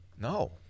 No